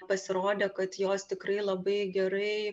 pasirodė kad jos tikrai labai gerai